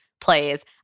plays